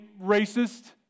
racist